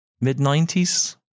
mid-90s